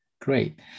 Great